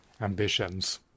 ambitions